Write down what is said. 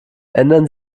ändern